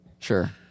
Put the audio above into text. Sure